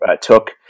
took